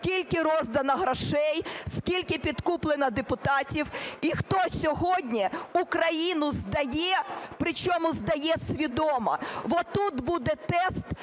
скільки роздано грошей, скільки підкуплено депутатів, і хто сьогодні Україну здає, причому здає свідомо.